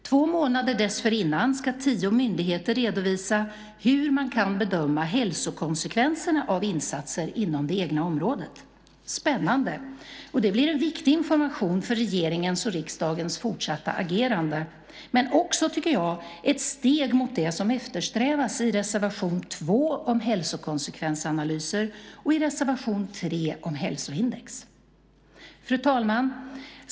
Två månader dessförinnan ska tio myndigheter redovisa hur man kan bedöma hälsokonsekvenser av insatser inom det egna området - spännande! Det blir en viktig information för regeringens och riksdagens fortsatta agerande men också, tycker jag, ett steg mot det som eftersträvas i reservation 2 om hälsokonsekvensanalyser och i reservation 3 om hälsoindex. Fru talman!